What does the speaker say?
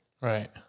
Right